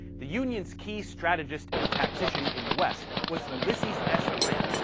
the union's key strategist and tactician in the west was ulysses s. grant,